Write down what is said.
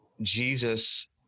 Jesus